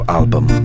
album